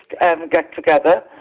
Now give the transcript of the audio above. get-together